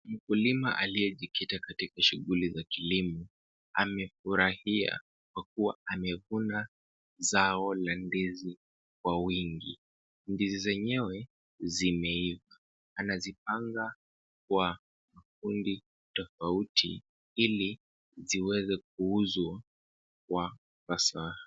Mkulima aliyejikita katika shughuli za kilimo, amefurahia kwa kuwa amevuna zao la ndizi kwa wingi. Ndizi zenyewe zimeiva, anazipanga kwa makundi tofauti ili ziweze kuuzwa kwa sasa.